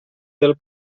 del